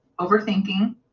overthinking